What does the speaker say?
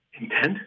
intent